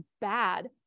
bad